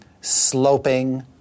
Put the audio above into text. sloping